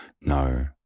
No